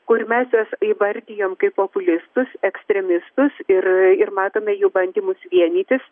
kur mes juos įvardijom kaip populistus ekstremistus ir ir matome jų bandymus vienytis